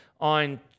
on